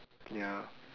ya